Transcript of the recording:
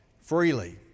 freely